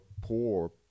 poor